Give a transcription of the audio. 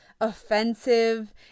offensive